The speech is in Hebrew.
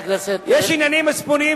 יש עניינים מצפוניים שצריך להצביע לפיהם.